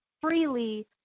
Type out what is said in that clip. freely